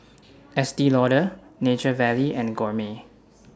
Estee Lauder Nature Valley and Gourmet